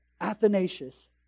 Athanasius